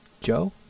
Joe